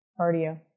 Cardio